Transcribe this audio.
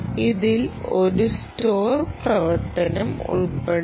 ഇതിൽ ഒരു സ്റ്റോർ പ്രവർത്തനം ഉൾപ്പെടുന്നു